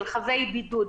של חבי בידוד,